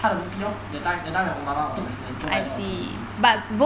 他的 V_P lor that time that time when obama is president intro by the committee